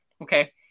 Okay